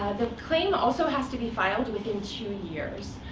the claim also has to be filed within two years.